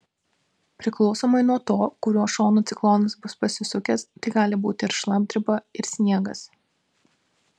priklausomai nuo to kuriuo šonu ciklonas bus pasisukęs tai gali būti ir šlapdriba ir sniegas